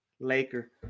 Laker